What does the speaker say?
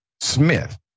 Smith